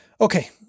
Okay